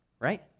Right